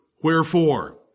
wherefore